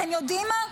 אתם יודעים מה?